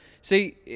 See